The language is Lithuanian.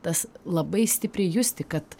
tas labai stipriai justi kad